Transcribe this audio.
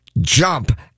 jump